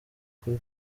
kuri